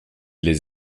les